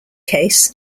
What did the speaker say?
case